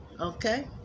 Okay